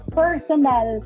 personal